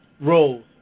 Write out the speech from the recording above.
roles